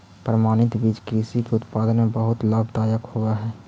प्रमाणित बीज कृषि के उत्पादन में बहुत लाभदायक होवे हई